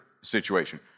situation